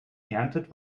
erntet